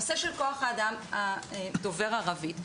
הנושא כל כוח האדם דובר הערבית,